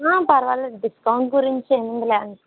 పర్వాలేదు డిస్కౌంట్ గురించి ఏమి ఉందిలే అండి